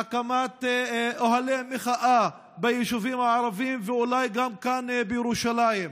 להקמת אוהלי מחאה ביישובים הערביים ואולי גם כאן בירושלים.